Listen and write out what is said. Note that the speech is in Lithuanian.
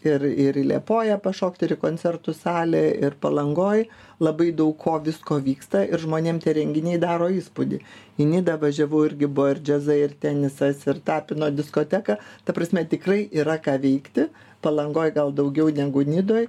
ir ir į liepoją pašokt ir į koncertų salė ir palangoj labai daug ko visko vyksta ir žmonėm tie renginiai daro įspūdį į nidą važiavau irgi buvo ir džiazai ir tenisas ir tapino diskoteka ta prasme tikrai yra ką veikti palangoj gal daugiau negu nidoj